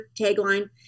tagline